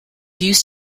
used